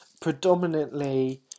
predominantly